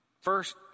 First